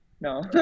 No